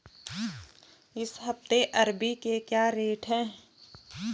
इस हफ्ते अरबी के क्या रेट हैं?